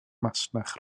masnach